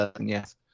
yes